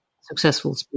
successful